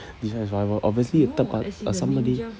besides whatever obviously a third par~ uh somebody